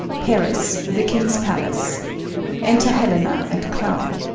paris. the king's palace enter helena and clown